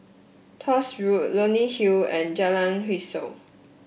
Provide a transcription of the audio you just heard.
Tuas Road Leonie Hill and Jalan Hwi Yoh